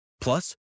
Plus